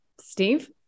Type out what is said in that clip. Steve